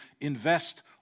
invest